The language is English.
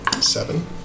Seven